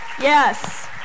Yes